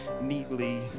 neatly